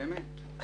באמת.